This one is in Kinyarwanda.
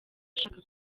ashaka